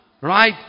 right